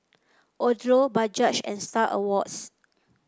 Odlo Bajaj and Star Awards